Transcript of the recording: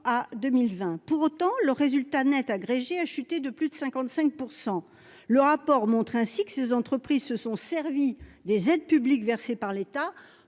Pour autant, leur résultat net agrégé a chuté de plus de 55 %. Ce rapport montre ainsi que ces entreprises se sont servi des aides publiques versées par l'État